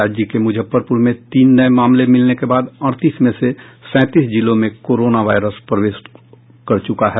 राज्य के मुजफ्फरपुर में तीन नये मामले मिलने के बाद अड़तीस में से सैंतीस जिलों में कोरोना वायरस प्रवेश हो चुका है